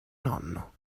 nonno